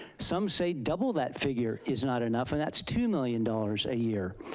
some say double that figure is not enough, and that's two million dollars a year.